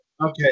okay